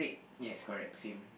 yes correct same